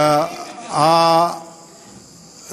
אנחנו גאים בכך.